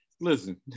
Listen